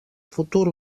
futur